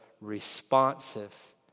responsive